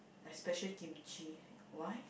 especially kimchi why